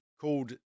called